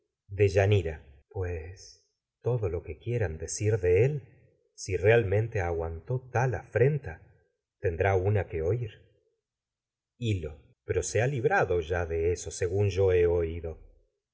lidia deyanira pues todo lo que quieran decir de él si realmente aguantó tal afrenta tendrá una que oír hil lo pero se ha librado ya de eso según yo he oído